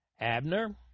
Abner